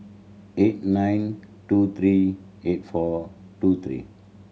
eight nine two three eight four two three